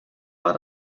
war